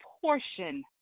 portion